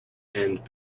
end